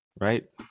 right